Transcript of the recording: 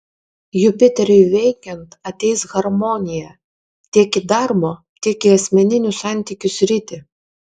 jupiteriui veikiant ateis harmonija tiek į darbo tiek į asmeninių santykių sritį